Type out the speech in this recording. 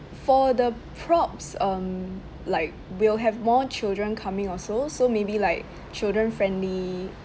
for the props um like we'll have more children coming also so maybe like children friendly